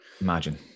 Imagine